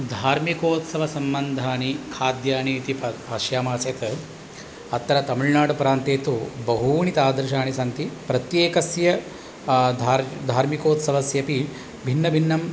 धार्मिकोत्सव सम्बन्धानि खाद्यानि इति प पश्यामः चेत् अत्र तमिळ्नाडुप्रान्ते तु बहूनि तादृशानि सन्ति प्रत्येकस्य धार् धार्मिकोत्सवस्यऽपि भिन्नं भिन्नम्